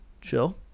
Chill